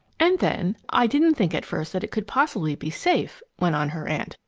and then, i didn't think at first that it could possibly be safe! went on her aunt.